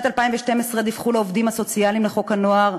בשנת 2012 דווח לעובדים הסוציאליים לחוק הנוער